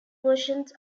versions